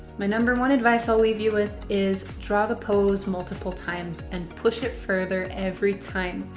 my number one advice i'll leave you with is draw the pose multiple times and push it further every time.